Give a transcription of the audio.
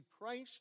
Christ